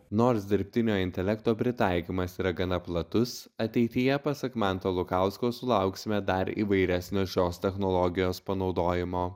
nors dirbtinio intelekto pritaikymas yra gana platus ateityje pasak manto lukausko sulauksime dar įvairesnio šios technologijos panaudojimo